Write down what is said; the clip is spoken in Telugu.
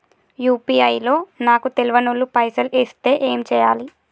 యూ.పీ.ఐ లో నాకు తెల్వనోళ్లు పైసల్ ఎస్తే ఏం చేయాలి?